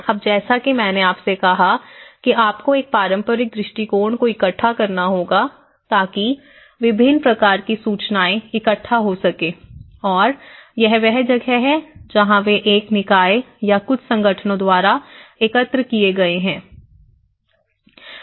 अब जैसा कि मैंने आपसे कहा कि आपको एक पारंपरिक दृष्टिकोण को इकट्ठा करना होगा ताकि विभिन्न प्रकार की सूचनाएं इकट्ठा हो सके और यह वह जगह है जहां वे एक निकाय या कुछ संगठनों द्वारा एकत्र किए गए हैं